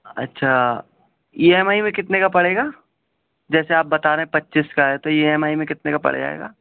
اچھا E M I میں کتنے کا پڑے گا جیسے آپ بتا رہے ہیں پچیس کا ہے تو ای ایم آئی میں کتنے کا پڑ جائے گا